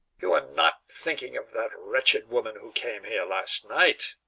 you are not thinking of that wretched woman who came here last night?